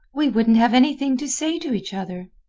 we wouldn't have anything to say to each other.